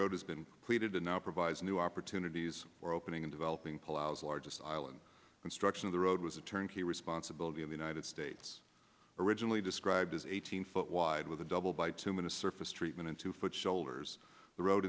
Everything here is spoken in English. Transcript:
road has been completed and now provides new opportunities for opening in developing ploughs largest island construction of the road was a turnkey responsibility in the united states originally described as eighteen foot wide with a double bitumen a surface treatment and two foot shoulders the road